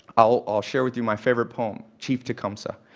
i'll share with you my favorite poem, chief tecumseh.